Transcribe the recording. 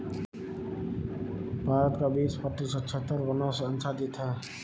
भारत का बीस प्रतिशत क्षेत्र वनों से आच्छादित है